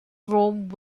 rome